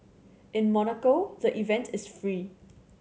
in Monaco the event is free